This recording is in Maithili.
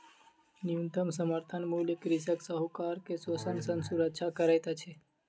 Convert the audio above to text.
न्यूनतम समर्थन मूल्य कृषक साहूकार के शोषण सॅ सुरक्षा करैत अछि